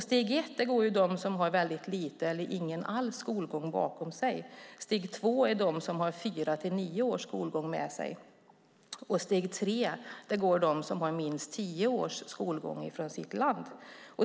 Steg ett går de som har lite eller ingen skolgång alls, steg två går de som har fyra till nio års skolgång, och steg tre går de som har minst tio års skolgång från sitt hemland.